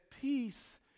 peace